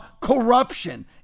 corruption